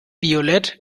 violett